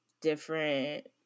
different